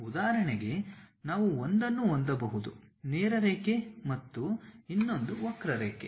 ಉದಾಹರಣೆಗೆ ನಾವು ಒಂದನ್ನು ಹೊಂದಬಹುದು ನೇರ ರೇಖೆ ಮತ್ತು ಇನ್ನೊಂದು ವಕ್ರರೇಖೆ